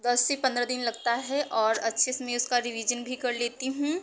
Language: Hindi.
दस से पंद्रह दिन लगता है और अच्छे से मैं उसका रिवीजन भी कर लेती हूँ